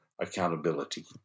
accountability